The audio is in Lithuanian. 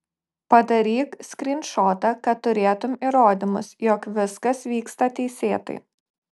padaryk skrynšotą kad turėtum įrodymus jog viskas vyksta teisėtai